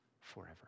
forever